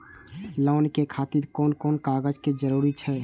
Loan के खातिर कोन कोन कागज के जरूरी छै?